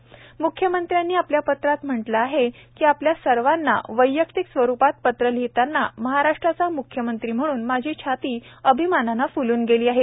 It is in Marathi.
म्ख्यमंत्री आपल्या पत्रात म्हणतात की आपल्या सर्वांना वैयक्तिक स्वरूपात पत्र लिहिताना महाराष्ट्राचा मुख्यमंत्री म्हणून माझी छाती अभिमानाने फ्लून गेली आहे